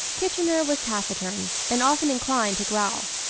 kitchener was taciturn and often inclined to growl.